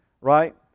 right